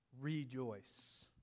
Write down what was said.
Rejoice